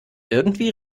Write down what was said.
irgendwie